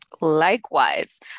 Likewise